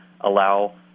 allow